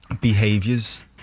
behaviors